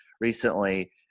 recently